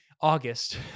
August